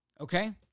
okay